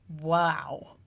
Wow